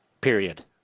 Period